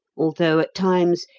although, at times,